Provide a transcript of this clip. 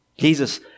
Jesus